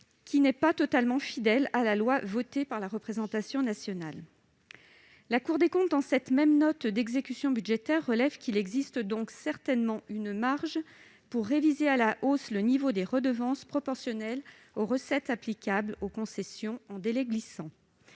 qui n'est pas totalement fidèle à la loi votée par la représentation nationale. Toujours dans cette note, la Cour des comptes relève qu'il existe donc certainement « une marge pour réviser à la hausse le niveau des redevances proportionnelles aux recettes applicable aux concessions en délai glissant